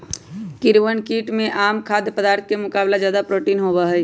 कीड़वन कीट में आम खाद्य पदार्थ के मुकाबला ज्यादा प्रोटीन होबा हई